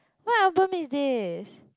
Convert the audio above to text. what album is this